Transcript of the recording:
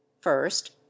first